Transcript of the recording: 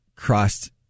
crossed